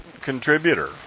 contributor